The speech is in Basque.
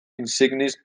insignis